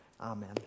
amen